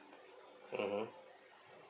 mmhmm